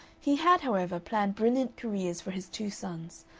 he had, however, planned brilliant careers for his two sons,